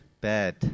bad